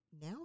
now